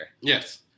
Yes